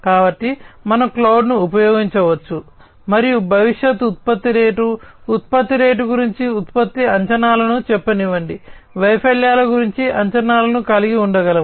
కాబట్టి మనము క్లౌడ్ను ఉపయోగించుకోవచ్చు మరియు భవిష్యత్ ఉత్పత్తి రేటు ఉత్పత్తి రేటు గురించి ఉత్పత్తి అంచనాలను చెప్పనివ్వండి వైఫల్యాల గురించి అంచనాలను కలిగి ఉండగలము